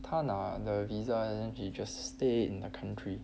他拿 the visa he just stay in the country